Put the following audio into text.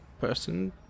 person